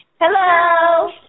Hello